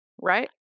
right